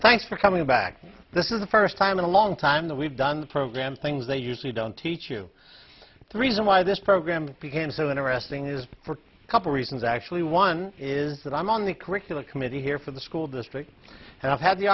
thanks for coming back to this is the first time in a long time that we've done the program things they usually don't teach you the reason why this program became so interesting is for a couple reasons actually one is that i'm on the curricular committee here for the school district and i've had the